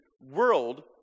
world